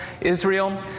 Israel